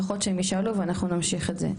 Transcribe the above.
לפחות שהם ישאלו ואנחנו נמשיך את זה.